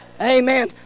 Amen